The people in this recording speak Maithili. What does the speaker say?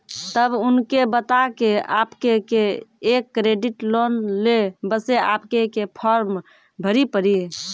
तब उनके बता के आपके के एक क्रेडिट लोन ले बसे आपके के फॉर्म भरी पड़ी?